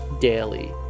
daily